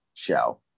show